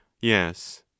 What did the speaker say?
yes